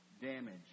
damage